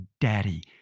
daddy